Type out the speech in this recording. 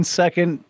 second